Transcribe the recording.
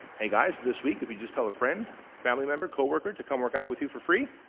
hey guys, this week, if you just tell a friend, family member, coworker to come workout with you for free,